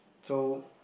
so